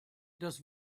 dass